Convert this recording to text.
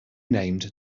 named